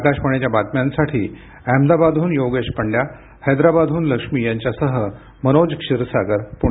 आकाशवाणीच्या बातम्यांसाठी अहमदाबादहून योगेश पंड्या हैदराबादहून लक्ष्मी यांच्यासह मनोज क्षीरसागर पुणे